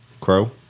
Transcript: Crow